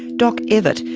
doc evatt,